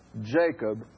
Jacob